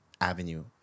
avenue